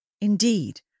Indeed